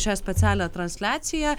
šią specialią transliaciją